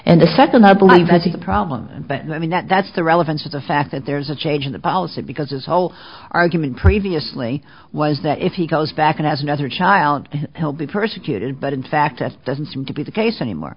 that the problem but i mean that's the relevance of the fact that there's a change in the policy because his whole argument previously was that if he goes back and has another child to help be persecuted but in fact it doesn't seem to be the case anymore